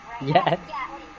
yes